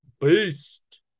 Beast